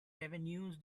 revenues